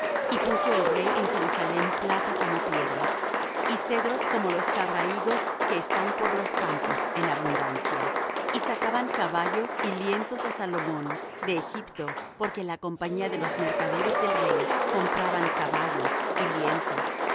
y puso el rey en jerusalem plata como piedras y cedros como los cabrahigos que están por los campos en abundancia y sacaban caballos y lienzos á salomón de egipto porque la compañía de los mercaderes del rey compraban caballos y lienzos y